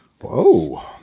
Whoa